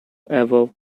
above